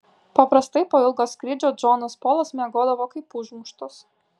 paprastai po ilgo skrydžio džonas polas miegodavo kaip užmuštas